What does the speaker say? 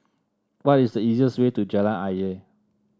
what is the easiest way to Jalan Ayer